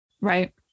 Right